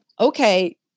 okay